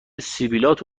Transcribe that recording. سبیلات